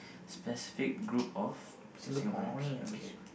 specific group of Singaporeans okay